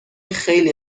خیلی